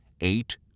eight